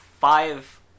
five